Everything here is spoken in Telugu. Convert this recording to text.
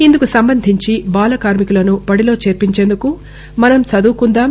ఇందుకు సంబంధించి బాల కార్మికులను బడిలో చేర్పించేందుకు మనం చదువుకుంద్దాం